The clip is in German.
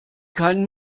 keinen